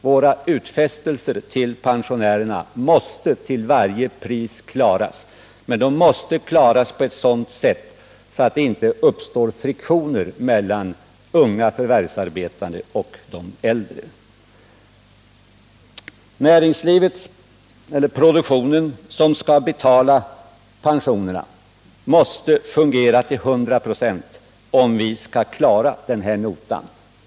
Våra utfästelser till pensionärerna måste till varje pris klaras, men de måste klaras på ett sådant sätt att det inte uppstår friktioner mellan unga förvärvsarbetande och de äldre. Produktionen som skall betala pensionerna måste fungera till 100 96, om vi skall klara den här notan.